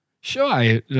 Sure